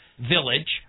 village